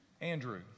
Andrew